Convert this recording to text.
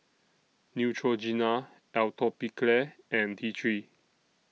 Neutrogena Atopiclair and T three